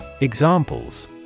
Examples